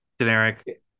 generic